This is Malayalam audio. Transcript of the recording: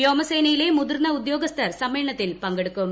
വ്യോമസേനയിലെ മുതിർന്ന ഉദ്യോഗസ്ഥർ സമ്മേളനത്തിൽ പങ്കെടുക്കും